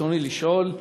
רצוני לשאול: